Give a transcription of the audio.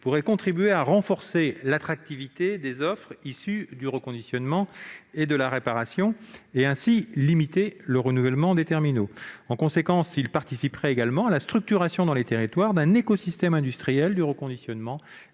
pourraient contribuer à renforcer l'attractivité des offres issues du reconditionnement et de la réparation et, ainsi, à limiter le renouvellement des terminaux. De tels taux concourraient également à la structuration dans les territoires d'un écosystème industriel du reconditionnement